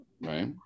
Right